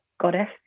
goddess